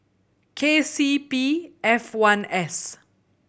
K C P F one S